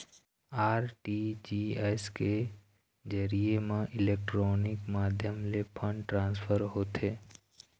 RTGS के जरिए म इलेक्ट्रानिक माध्यम ले फंड ट्रांसफर होथे